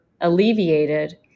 alleviated